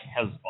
Hezbollah